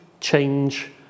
change